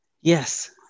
Yes